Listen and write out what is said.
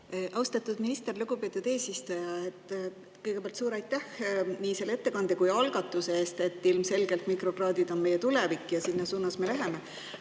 Austatud minister! Lugupeetud eesistuja, kõigepealt suur aitäh nii selle ettekande kui ka algatuse eest! Ilmselgelt on mikrokraadid meie tulevik ja sinna suunas me läheme.